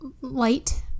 light